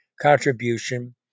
contribution